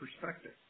perspective